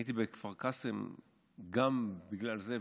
אני הייתי בכפר קאסם גם בגלל זה,